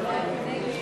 קבוצת סיעת יהדות התורה,